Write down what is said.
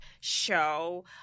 show